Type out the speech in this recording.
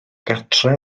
gartre